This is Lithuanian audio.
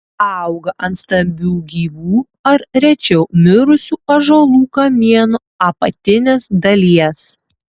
auga ant stambių gyvų ar rečiau mirusių ąžuolų kamienų apatinės dalies